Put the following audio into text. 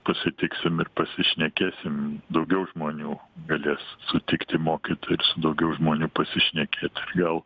pasitiksim ir pasišnekėsim daugiau žmonių galės sutikti mokytojus daugiau žmonių pasišnekėt gal